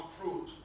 fruit